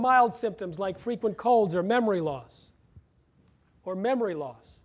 mild symptoms like frequent colds or memory loss or memory loss